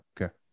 Okay